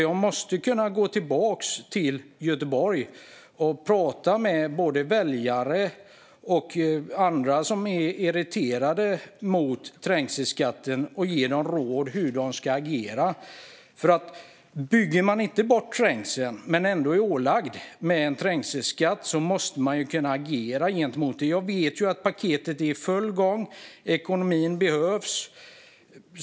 Jag måste kunna åka tillbaka till Göteborg och prata med väljare och andra som är irriterade över trängselskatten och ge dem råd i hur de ska agera. Bygger man inte bort trängseln men ändå är ålagd att ta ut en trängselskatt måste man kunna agera. Jag vet att paketet är i full gång och att ekonomin behövs.